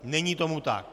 Není tomu tak.